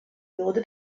würde